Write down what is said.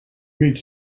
meet